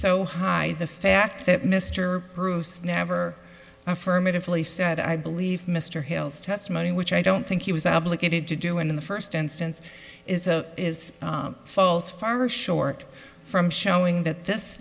so high the fact that mr bruce never affirmatively said i believe mr hill's testimony which i don't think he was obligated to do in the first instance is a is falls far short from showing that this